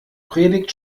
predigt